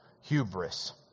hubris